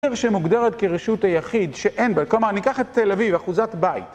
...שמוגדרת כרשות היחיד שאין בה, כלומר, ניקח את תל אביב, אחוזת בית.